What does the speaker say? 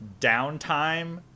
downtime